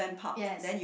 yes